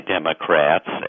Democrats